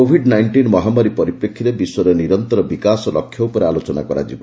Covid nineteen ମହାମାରୀ ପରିପ୍ରେକ୍ଷୀରେ ବିଶ୍ୱରେ ନିରନ୍ତର ବିକାଶ ଲକ୍ଷ୍ୟ ଉପରେ ଆଲୋଚନା କରାଯିବ